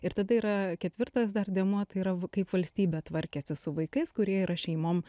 ir tada yra ketvirtas dar dėmuo tai yra kaip valstybė tvarkėsi su vaikais kurie yra šeimom